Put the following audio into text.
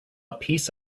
piece